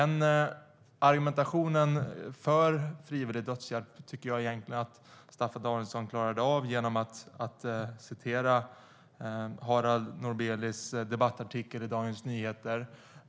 Jag tycker att Staffan Danielsson klarade av argumentationen för frivillig dödshjälp genom att citera Harald Norbelies debattartikel i Dagens Nyheter.